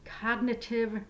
cognitive